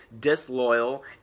disloyal